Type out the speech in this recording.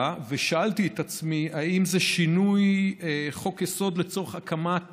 ושאלתי את עצמי אם זה שינוי חוק-יסוד לצורך הקמת